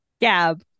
Gab